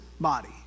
body